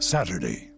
Saturday